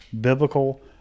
biblical